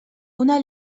una